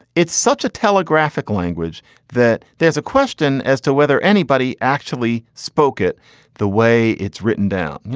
it's such a telegraphic language that there's a question as to whether anybody actually spoke it the way it's written down. you